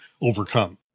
overcome